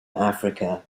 africa